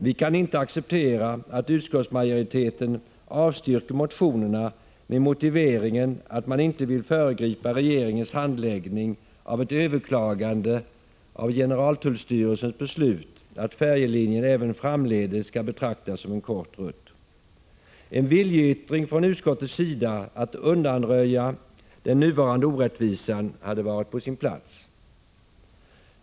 Vi kan inte acceptera att utskottsmajoriteten avstyrker motionerna med motiveringen att man inte vill föregripa regeringens handläggning av ett överklagande av generaltullstyrelsens beslut att färjelinjen även framdeles skall betraktas som en kort rutt. En viljeyttring från utskottets sida när det gäller att undanröja den nuvarande orättvisan hade varit på sin plats.